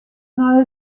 nei